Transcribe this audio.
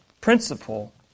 principle